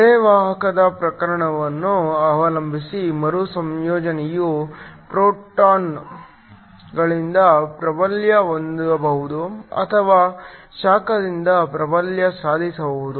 ಅರೆವಾಹಕದ ಪ್ರಕಾರವನ್ನು ಅವಲಂಬಿಸಿ ಮರುಸಂಯೋಜನೆಯು ಫೋಟಾನ್ಗಳಿಂದ ಪ್ರಾಬಲ್ಯ ಹೊಂದಬಹುದು ಅಥವಾ ಶಾಖದಿಂದ ಪ್ರಾಬಲ್ಯ ಸಾಧಿಸಬಹುದು